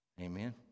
Amen